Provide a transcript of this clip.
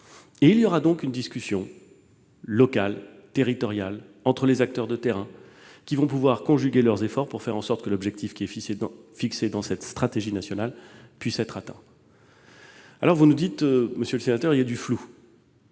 Il y aura donc une discussion locale, territoriale, entre les acteurs de terrain, qui conjugueront leurs efforts pour que l'objectif défini dans cette stratégie nationale puisse être atteint. Vous nous dites, monsieur le sénateur, qu'il y a du flou.